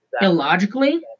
Illogically